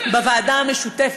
בוועדה המשותפת,